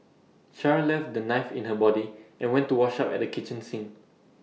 char left the knife in her body and went to wash up at the kitchen sink